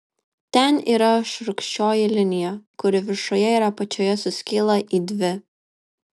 ten yra šiurkščioji linija kuri viršuje ir apačioje suskyla į dvi